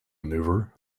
maneuver